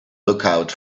lookout